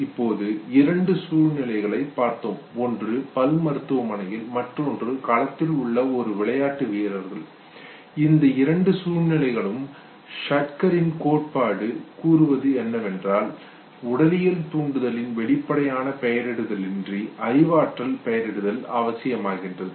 இப்போது இரண்டு சூழ்நிலைகளில் பார்த்தோம் ஒன்று பல் மருத்துவமனையில் மற்றொன்று களத்தில் உள்ள ஒரு விளையாட்டு வீரர் இந்த இரண்டு சூழ்நிலைகளுக்கும் ஷாக்டரின் கோட்பாடு கூறுவது என்னவென்றால் உடலியல் தூண்டுதல் வெளிப்படையான பெயரிடுதலின்றி அறிவாற்றல் பெயரிடுதல் அவசியமாகிறது